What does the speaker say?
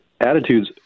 attitudes